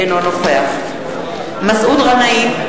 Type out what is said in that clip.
אינו נוכח מסעוד גנאים,